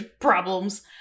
problems